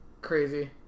Crazy